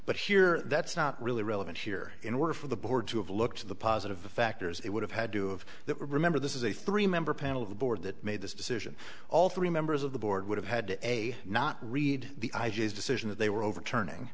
but here that's not really relevant here in order for the board to have looked to the positive factors it would have had to have that remember this is a three member panel of the board that made this decision all three members of the board would have had a not read the i just decision that they were overturning